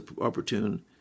opportune